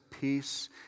Peace